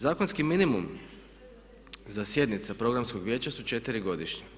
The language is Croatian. Zakonski minimum za sjednice Programskog vijeća su četiri godišnje.